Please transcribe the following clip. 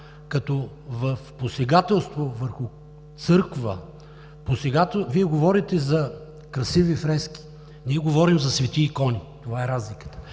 което е посегателство върху църква, Вие говорите за красиви фрески. Ние говорим за свети икони и това е разликата.